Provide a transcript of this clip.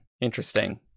Interesting